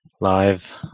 live